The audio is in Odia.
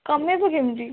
କମେଇବୁ କେମିତି